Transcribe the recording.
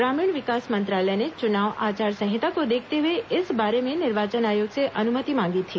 ग्रामीण विकास मंत्रालय ने चुनाव आचार संहिता को देखते हुए इस बारे में निर्वाचन आयोग से अनुमति मांगी थी